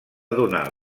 donar